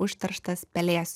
užterštas pelėsiu